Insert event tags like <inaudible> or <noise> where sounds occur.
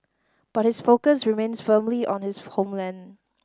but his focus remains firmly on his <unintelligible> homeland